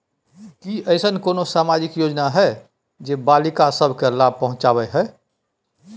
की ऐसन कोनो सामाजिक योजना हय जे बालिका सब के लाभ पहुँचाबय हय?